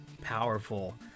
powerful